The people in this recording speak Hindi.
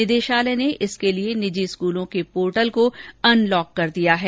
निदेशालय ने इसके लिए निजी स्कूलों के पोर्टल को अनलॉक कर दिया है